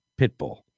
Pitbull